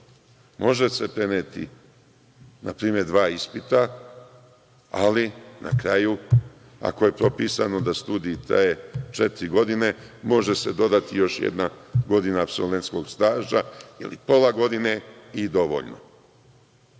se preneti npr. dva ispita, ali na kraju ako je propisano da studije traju četiri godine, može se dodati još jedna godina apsolventskog staža ili pola godina i dovoljno